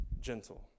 gentle